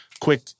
quick